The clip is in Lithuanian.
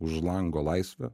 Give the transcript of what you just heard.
už lango laisvė